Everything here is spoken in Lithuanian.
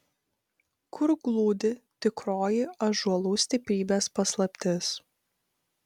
kur glūdi tikroji ąžuolų stiprybės paslaptis